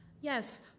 Yes